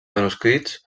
manuscrits